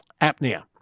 apnea